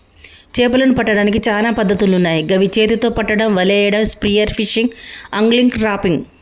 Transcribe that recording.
చేపలను పట్టడానికి చాలా పద్ధతులున్నాయ్ గవి చేతితొ పట్టడం, వలేయడం, స్పియర్ ఫిషింగ్, ఆంగ్లిగ్, ట్రాపింగ్